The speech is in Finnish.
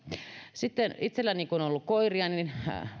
sitten itselläni kun on ollut koiria niin